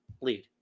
lead